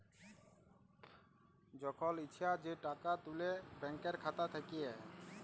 যখল ইছা যে টাকা তুলে ব্যাংকের খাতা থ্যাইকে